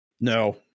No